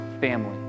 family